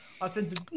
offensive